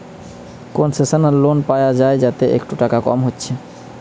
concessional loan পায়া যায় যাতে একটু টাকা কম হচ্ছে